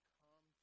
come